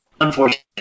unfortunately